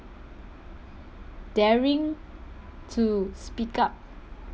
daring to speak up